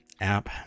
app